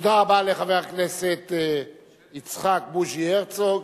תודה רבה לחבר הכנסת יצחק בוז'י הרצוג.